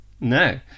No